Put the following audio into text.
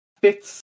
fits